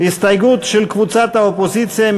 הסתייגות של קבוצת האופוזיציה,